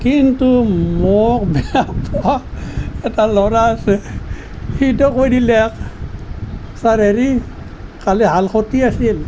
কিন্তু মোক এটা ল'ৰা আছে সিতো কৈ দিলে ছাৰ হেৰি কালি হাল খতি আছিল